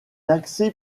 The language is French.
accès